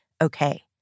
okay